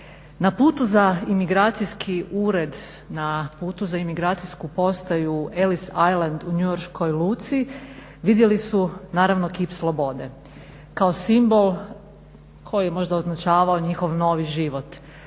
na putu za emigracijski ured, na putu za emigracijsku postaju Ellis Island u njujorškoj luci vidjeli su naravno kip slobode kao simbol koji je možda označavao njihov novi život.